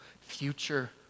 future